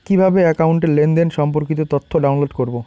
কিভাবে একাউন্টের লেনদেন সম্পর্কিত তথ্য ডাউনলোড করবো?